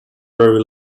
very